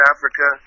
Africa